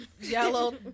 yellow